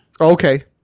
Okay